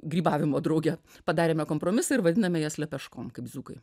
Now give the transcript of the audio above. grybavimo drauge padarėme kompromisą ir vadiname jas lepeškom kaip dzūkai